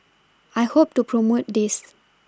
I hope to promote this